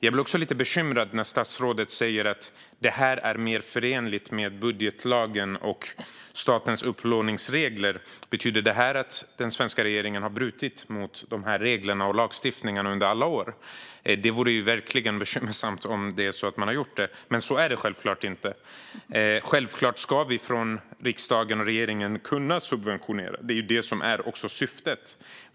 Jag blir lite bekymrad när statsrådet säger att detta är mer förenligt med budgetlagen och statens upplåningsregler. Betyder det att regeringen har brutit mot lagstiftningen och reglerna under alla år? Det vore i så fall verkligt bekymmersamt. Men så är det givetvis inte. Självfallet ska riksdag och regering kunna subventionera. Det är syftet.